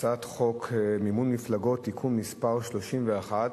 הצעת חוק מימון מפלגות (תיקון מס' 31)